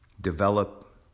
develop